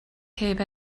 heb